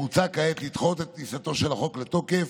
מוצע כעת לדחות את כניסתו של החוק לתוקף